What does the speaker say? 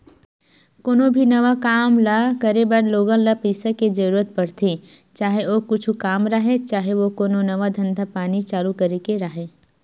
कोनो भी नवा काम ल करे बर लोगन ल पइसा के जरुरत पड़थे, चाहे ओ कुछु काम राहय, चाहे ओ कोनो नवा धंधा पानी चालू करे के राहय